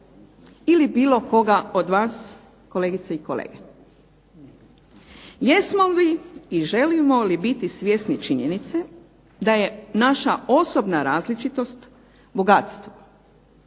ili bilo koga od vas kolegice i kolege. Jesmo li i želimo li biti svjesni činjenice da je naša osobna različitost bogatstvo,